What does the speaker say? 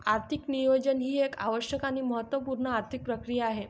आर्थिक नियोजन ही एक आवश्यक आणि महत्त्व पूर्ण आर्थिक प्रक्रिया आहे